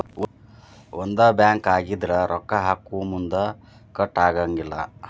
ಒಂದ ಬ್ಯಾಂಕ್ ಆಗಿದ್ರ ರೊಕ್ಕಾ ಹಾಕೊಮುನ್ದಾ ಕಟ್ ಆಗಂಗಿಲ್ಲಾ